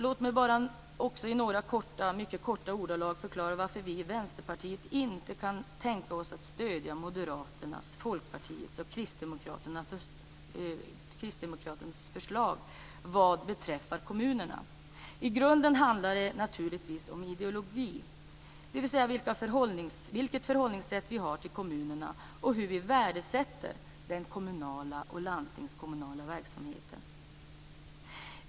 Låt mig bara i mycket korta ordalag förklara varför vi i Vänsterpartiet inte kan tänka oss att stödja Moderaternas, Folkpartiets och Kristdemokraternas förslag vad beträffar kommunerna. I grunden handlar det naturligtvis om ideologi, dvs. vilket förhållningssätt som vi har till kommunerna och hur vi värdesätter den kommunala och landstingskommunala verksamheten.